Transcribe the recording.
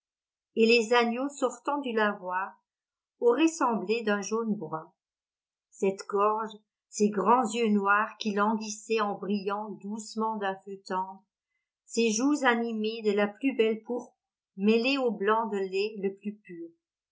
et les agneaux sortant du lavoir auraient semblé d'un jaune brun cette gorge ses grands yeux noirs qui languissaient en brillant doucement d'un feu tendre ses joues animées de la plus belle pourpre mêlée au blanc de lait le plus pur